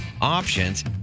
options